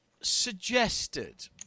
suggested